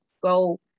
go